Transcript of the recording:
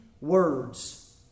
words